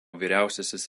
vyriausiasis